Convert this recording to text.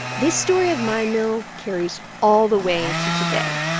this story of mine mill carries all the way to today.